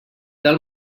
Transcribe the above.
del